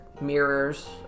Mirrors